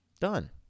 Done